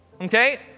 Okay